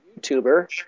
YouTuber